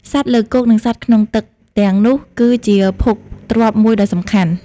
សត្វលើគោកនឹងសត្វក្នុងទឹកទាំងនោះគឺជាភោគទ្រព្យមួយដ៏សំខាន់។